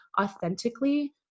authentically